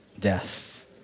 death